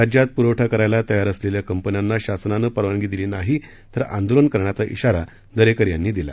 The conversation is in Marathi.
राज्यात पुरवठा करायला तयार असलेल्या कंपन्यांना शासनानं परवानगी दिली नाही तर आंदोलन करण्याचा इशारा दरेकर यांनी दिला